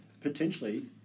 potentially